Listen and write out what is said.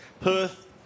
Perth